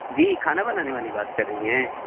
جی کھانا بنانے والی بات کر رہی ہیں